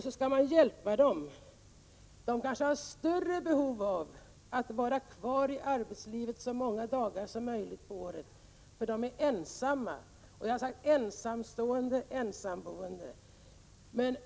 De har kanske större behov av att vara kvar i arbetslivet så många dagar som möjligt på året, därför att de är ensamma. Jag har talat om ensamstående och ensamboende.